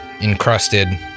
encrusted